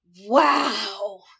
Wow